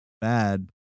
bad